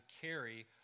carry